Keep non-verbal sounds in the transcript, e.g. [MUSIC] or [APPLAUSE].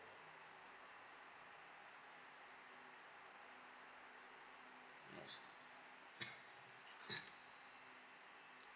yes [COUGHS]